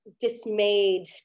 dismayed